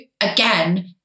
again